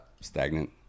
Stagnant